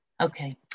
okay